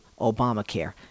Obamacare